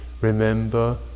remember